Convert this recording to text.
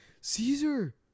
Caesar